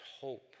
hope